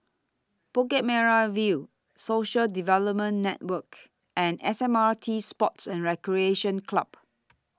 Bukit Merah View Social Development Network and S M R T Sports and Recreation Club